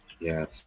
Yes